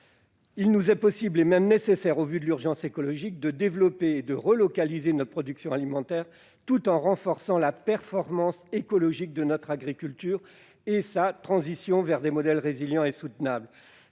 Il nous est possible- c'est même nécessaire au vu de l'urgence écologique -de développer et de relocaliser notre production alimentaire tout en renforçant la performance écologique de notre agriculture et sa transition vers des modèles résilients et soutenables.